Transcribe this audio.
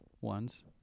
ones